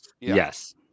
yes